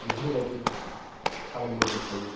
बेफोरबायदि खालामबोबाय थायो